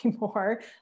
more